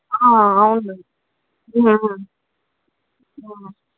అవును